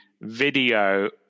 video